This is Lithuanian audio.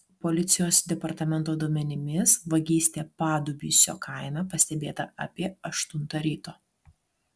policijos departamento duomenimis vagystė padubysio kaime pastebėta apie aštuntą ryto